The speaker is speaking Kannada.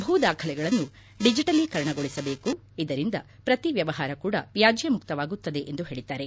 ಭೂ ದಾಖಲೆಗಳನ್ನು ಡಿಜೆಟಲೀಕರಣಗೊಳಿಸಬೇಕು ಇದರಿಂದ ಪ್ರತಿ ವ್ಯವಹಾರ ಕೂಡ ವ್ಯಾಜ್ಯ ಮುಕ್ತವಾಗುತ್ತದೆ ಎಂದು ಹೇಳಿದ್ದಾರೆ